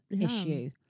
issue